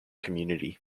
community